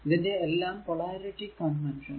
ഇതിന്റെ എല്ലാം polarity convention